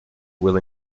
will